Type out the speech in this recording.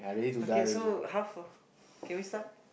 okay so half of can we start